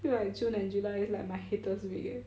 feel like june and july it's like my hatest week eh